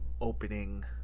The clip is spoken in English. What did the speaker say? opening